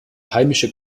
heimische